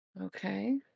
Okay